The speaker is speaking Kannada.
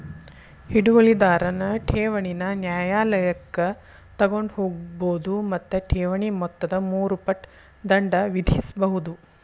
ಹಿಡುವಳಿದಾರನ್ ಠೇವಣಿನ ನ್ಯಾಯಾಲಯಕ್ಕ ತಗೊಂಡ್ ಹೋಗ್ಬೋದು ಮತ್ತ ಠೇವಣಿ ಮೊತ್ತದ ಮೂರು ಪಟ್ ದಂಡ ವಿಧಿಸ್ಬಹುದು